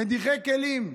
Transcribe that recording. מדיחי כלים.